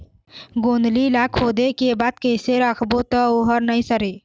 गोंदली ला खोदे के बाद कइसे राखबो त ओहर नई सरे?